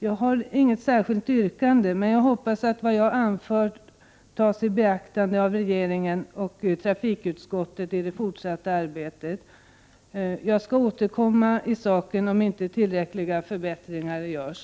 Jag har inget särskilt yrkande, men jag hoppas att vad jag anfört tas i beaktande av regeringen och trafikutskottet i det fortsatta arbetet. Jag skall återkomma i saken om inte tillräckliga förbättringar görs.